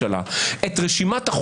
את אומרת שזה לא שינה את